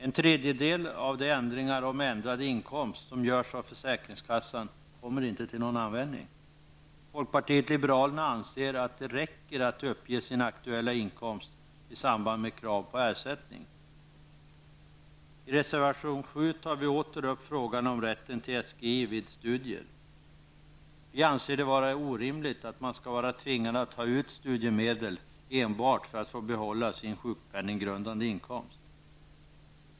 En tredjedel av de ändringar om ändrad inkomst som görs av försäkringskassan kommer inte till användning. Folkpartiet liberalerna anser att de räcker att uppge sin aktuella inkomst i samband med krav på ersättning. I reservation 7 tar vi åter upp frågan om rätten till SGI vid studier. Vi anser det vara orimligt att man skall vara tvingad att ta ut studiemedel enbart för att få behålla sin sjukpenninggrundande inkomst.